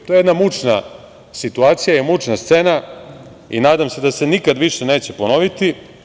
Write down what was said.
To je jedna mučna situacija i mučna scena i nadam se da se nikada više neće ponoviti.